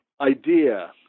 idea